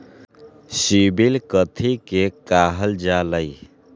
CIBIL कथि के काहल जा लई?